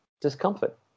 discomfort